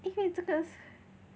因为这个